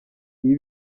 ibi